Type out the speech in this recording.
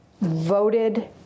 voted